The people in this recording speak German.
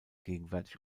gegenwärtig